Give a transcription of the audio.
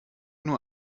nur